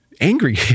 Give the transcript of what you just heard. angry